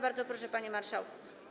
Bardzo proszę, panie marszałku.